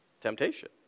temptation